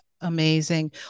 amazing